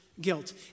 guilt